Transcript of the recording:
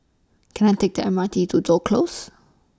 Can I Take The M R T to Toh Close